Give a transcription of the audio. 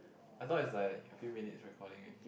I thought is like a few minutes recording only